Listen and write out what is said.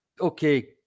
okay